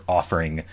offering